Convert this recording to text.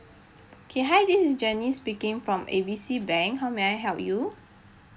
okay hi this is janice speaking from A B C bank how may I help you